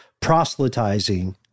proselytizing